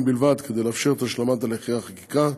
בלבד כדי לאפשר את השלמת הליכי החקיקה,